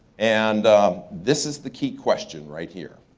and this is the key question right here.